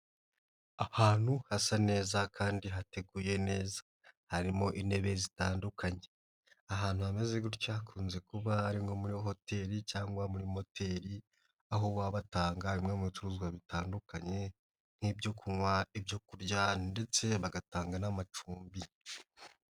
Ahantu hasa neza kandi hateguye neza harimo intebe zitandukanye, ahantu hameze gutya hakunze kuba hari nko muri hoteli cyangwa muri moteri aho baba batanga bimwe mu bicuruzwa bitandukanye nk'ibyo kunywa, ibyo kurya ndetse bagatanga n'amacumbi,